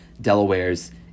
Delaware's